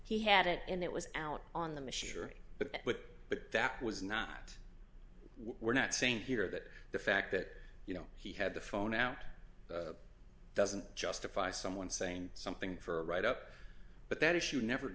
he had it and it was out on the machinery but but but that was not we're not saying here that the fact that you know he had the phone out doesn't justify someone saying something for a write up but that issue never